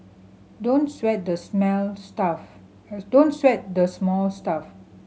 don't sweat the smell stuff don't sweat the small stuff